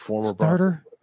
starter